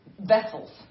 vessels